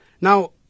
Now